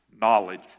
knowledge